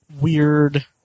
weird